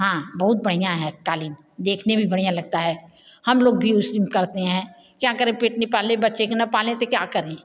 हाँ बहुत बढ़िया है क़ालीन देखने में भी बढ़िया लगता है हम लोग भी उसी में करते हैं क्या करें पेट नी पाले बच्चे के ना पालें तो क्या करें